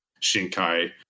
Shinkai